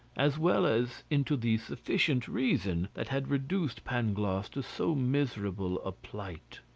as well as into the sufficient reason that had reduced pangloss to so miserable a plight.